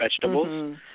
vegetables